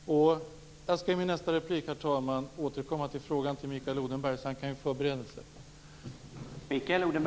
Jag skall i min nästa replik, herr talman, återkomma till den frågan - Mikael Odenberg kan förbereda sig på det.